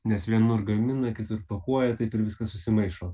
nes vienur gamina kitur pakuoja taip ir viskas susimaišo